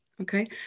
okay